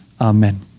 Amen